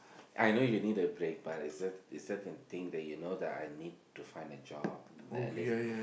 I know you need the break but it's that certain thing that you know that I need to find a job then at least